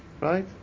right